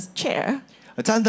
chair？